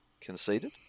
conceded